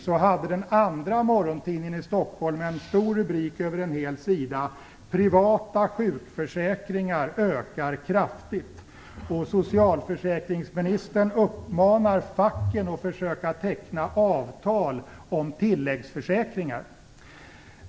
Samma dag hade den andra morgontidningen i Stockholm en stor rubrik över en hel sida: Privata sjukförsäkringar ökar kraftigt. Socialförsäkringsministern uppmanar facken att försöka teckna avtal om tilläggsförsäkringar.